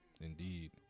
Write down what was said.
indeed